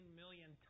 million